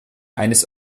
eines